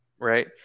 right